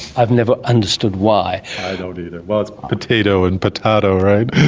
i've never understood why. i don't either. well, it's po-tay-to and po-tar-to, right?